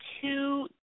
two